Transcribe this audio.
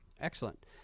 excellent